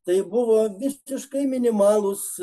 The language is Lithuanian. tai buvo visiškai minimalūs